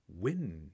win